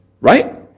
right